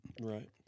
right